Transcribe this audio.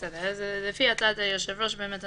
לפי הצעת היושב-ראש אנחנו